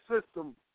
system